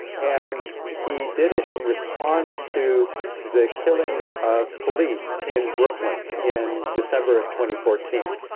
and he did it in response to the killings of police in brooklyn in december of twenty fourteen.